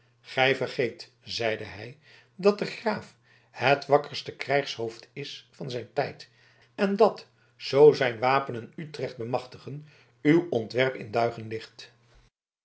gij vergeet zeide hij dat de graaf het wakkerste krijgshoofd is van zijn tijd en dat zoo zijn wapenen utrecht bemachtigen uw ontwerp in duigen ligt